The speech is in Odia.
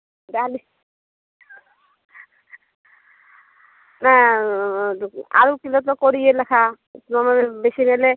ଡାଲି ନା ଆଳୁ କିଲୋ ତ କୋଡ଼ିଏ ଲେଖାଁ ବେଶୀ ନେଲେ